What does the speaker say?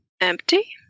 empty